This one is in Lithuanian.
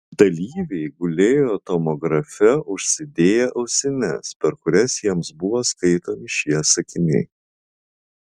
dalyviai gulėjo tomografe užsidėję ausines per kurias jiems buvo skaitomi šie sakiniai